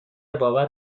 باور